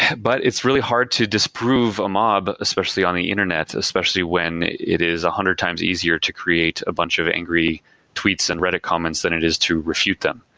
but it's really hard to disprove a mob especially on the internet especially when it is one ah hundred times easier to create a bunch of angry tweets and reddit comments than it is to refute them.